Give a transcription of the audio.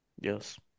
Yes